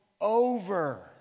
over